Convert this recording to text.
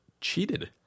cheated